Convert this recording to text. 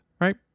right